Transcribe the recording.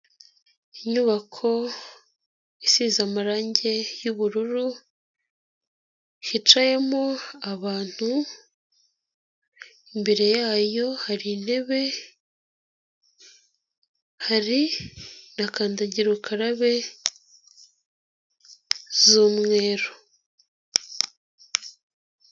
Inyubako isize amarangi y'ubururu, hicayemo abantu, imbere yayo hari intebe, hari na kandagira ukarabe z'umweru.